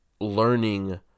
learning